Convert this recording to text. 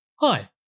Hi